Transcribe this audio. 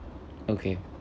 okay